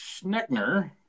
schneckner